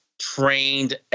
trained